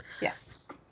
Yes